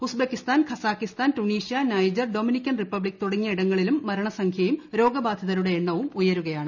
Uzbekistan Kazakhstan Tunisia Niger Dominican Republic തുടങ്ങിയ ഇടങ്ങളിലും മരണസംഖ്യയും രോഗബാധിതരുടെ എണ്ണവും ഉയരുകയാണ്